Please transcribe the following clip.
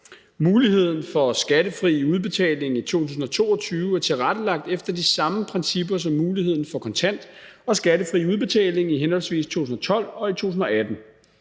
Muligheden for skattefri udbetaling i 2022 er tilrettelagt efter de samme principper som muligheden for kontant og skattefri udbetaling i henholdsvis 2012 og 2018.